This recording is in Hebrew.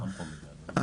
זרוע